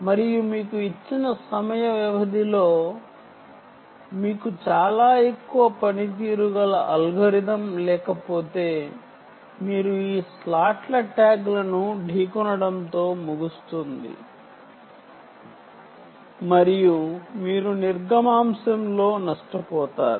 కాబట్టి మీకు చాలా ఎక్కువ పనితీరు గల అల్గోరిథం లేకపోతే మీరు ఈ స్లాట్ల ట్యాగ్లను ఢీకొనడంతో ముగుస్తుంది మరియు మీరు త్తృపుట్ throughput నిర్గమాంశం లో నష్టపోతారు